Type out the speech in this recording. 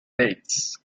dates